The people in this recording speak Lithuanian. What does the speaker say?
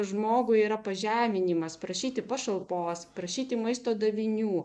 žmogui yra pažeminimas prašyti pašalpos prašyti maisto davinių